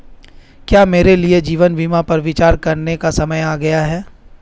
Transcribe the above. क्या मेरे लिए जीवन बीमा पर विचार करने का समय आ गया है?